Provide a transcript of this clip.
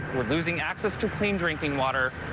are losing abscess to i mean drinking water,